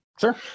Sure